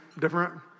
different